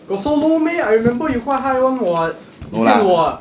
got so low meh I remember you quite high [one] [what] 你骗我 ah